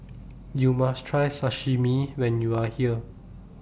YOU must Try Sashimi when YOU Are here